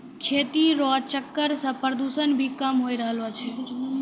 खेती रो चक्कर से प्रदूषण भी कम होय रहलो छै